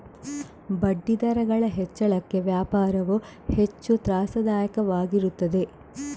ಬಡ್ಡಿದರಗಳ ಹೆಚ್ಚಳಕ್ಕೆ ವ್ಯಾಪಾರವು ಹೆಚ್ಚು ತ್ರಾಸದಾಯಕವಾಗಿರುತ್ತದೆ